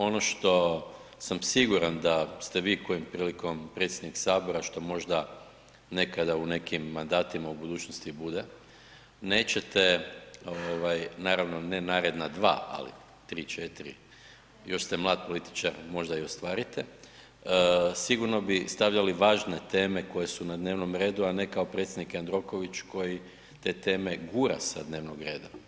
Ono što sam siguran da ste vi kojom prilikom predsjednik Sabora što možda nekada u nekim mandatima u budućnosti bude, nećete naravno, ne naredna 2, ali 3, 4, još ste mlad političar, možda i ostvarite, sigurno bi stavljali važne teme koje su na dnevnom redu, a ne kao predsjednik Jandroković koji te teme gura sa dnevnog reda.